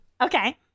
Okay